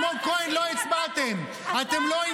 אולי לא הקשבת, אתה לא סומך כי אתה אופוזיציה.